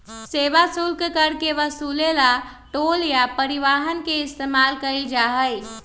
सेवा शुल्क कर के वसूले ला टोल या परिवहन के इस्तेमाल कइल जाहई